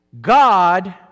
God